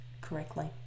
correctly